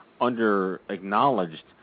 under-acknowledged